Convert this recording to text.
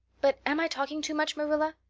but am i talking too much, marilla?